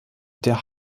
der